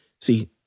See